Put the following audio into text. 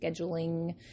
scheduling